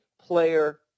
player